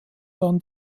dann